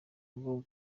mbungo